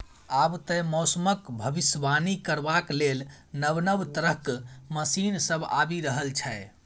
आब तए मौसमक भबिसबाणी करबाक लेल नब नब तरहक मशीन सब आबि रहल छै